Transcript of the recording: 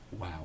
Wow